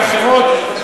ואחרות,